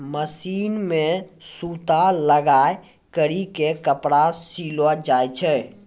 machine मे सूता लगाय करी के कपड़ा सिलो जाय छै